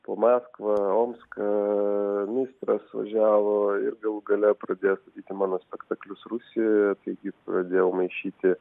po maskvą omską mistras važiavo ir galų gale pradės mano spektaklius rusijoje taigi pradėjau maišyti